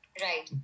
Right